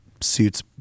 suits